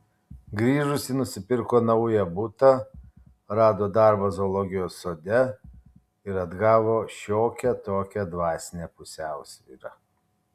grįžusi nusipirko naują butą rado darbą zoologijos sode ir atgavo šiokią tokią dvasinę pusiausvyrą